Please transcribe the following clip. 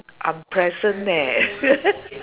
unpleasant leh